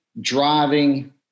driving